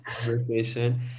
conversation